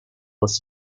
was